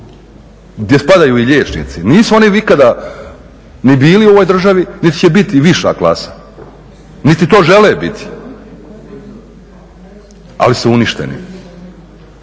gdje spadaju i liječnici. Nisu oni nikada ni bili u ovoj državi niti će biti viša klasa, niti to žele biti. Ali su uništeni.